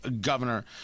Governor